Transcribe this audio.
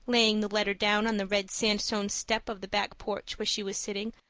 laying the letter down on the red sandstone step of the back porch, where she was sitting,